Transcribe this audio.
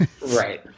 Right